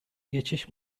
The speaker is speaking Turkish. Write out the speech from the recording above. geçiş